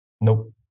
Nope